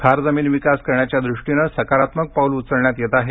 खार जमीन विकास करण्याच्या दृष्टीने सकारात्मक पाऊल उचलण्यात येत आहे